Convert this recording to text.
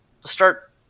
start